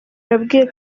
yabwiye